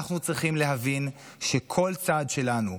אנחנו צריכים להבין שכל צעד שלנו,